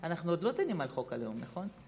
אנחנו עוד לא דנים על חוק הלאום, נכון?